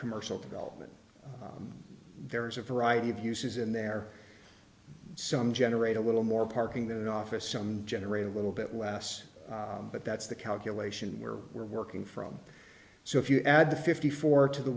commercial development there is a variety of uses and there some generate a little more parking than office some generate a little bit less but that's the calculation we're we're working from so if you add the fifty four to